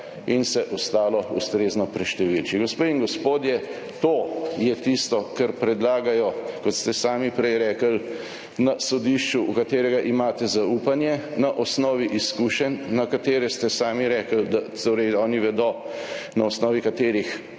in se ostalo ustrezno preštevilči.« Gospe in gospodje, to je tisto, kar predlagajo, kot ste sami prej rekli, na sodišču, v katero imate zaupanje na osnovi izkušenj, za katere ste sami rekli, da torej oni vedo, na osnovi katerih